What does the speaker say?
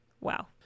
Wow